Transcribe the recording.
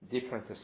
Different